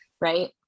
right